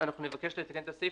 אנחנו נבקש לתקן את הסעיף.